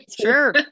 Sure